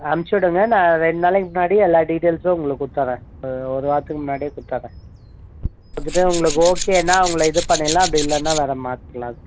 அமுச்சிவிடுங்க நான் ரெண்டு நாளைக்கு முன்னாடி எல்லா டீட்டெயில்ஸும் உங்களுக்கு கொடுத்தர்றேன் ஒரு வாரத்துக்கு முன்னாடியே கொடுத்தர்றேன் கொடுத்துட்டு உங்களுக்கு ஓகேன்னா உங்களை இது பண்ணிடலாம் அப்படி இல்லைன்னா வேறு மாற்றிக்கிலாம்